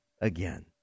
again